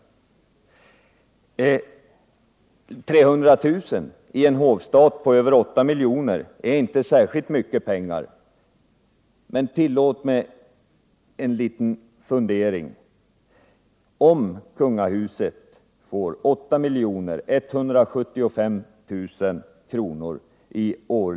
300 000 kr. i en hovstat på över 8 miljoner är inte särskilt mycket pengar, men tillåt mig att göra en liten fundering: Om kungahuset får 8 175 000 kr.